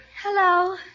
Hello